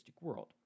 world